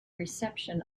reception